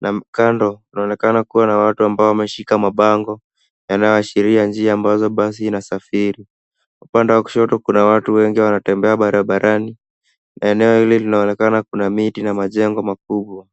na kando kunaonekana kuwa na watu ambao wameshika mabango, yanayoashiria njia ambazo basi inasafiri. Upande wa kushoto kuna watu wengi wanatembea barabarani, na eneo hili linaonekana kuna miti na majengo makubwa.